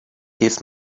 his